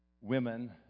women